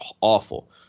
awful